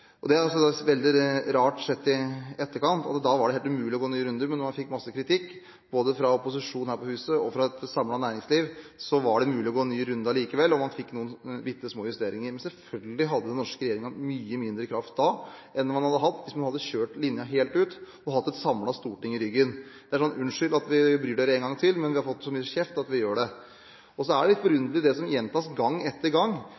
da ble hevdet at det var helt umulig å gå nye runder, men etter at man fikk masse kritikk, fra både opposisjonen her på huset og et samlet næringsliv, var det mulig å gå en ny runde likevel, og man fikk gjort noen bittesmå justeringer. Men selvfølgelig hadde den norske regjeringen mye mindre kraft da enn den hadde hatt hvis den hadde kjørt linjen helt ut og hatt et samlet storting i ryggen. Det blir som om de sier: Unnskyld at vi bryr dere én gang til, men vi har fått så mye kjeft at vi gjør det. Det er litt forunderlig det som gjentas gang etter gang,